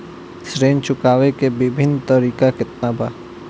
ऋण चुकावे के विभिन्न तरीका केतना बा?